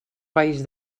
país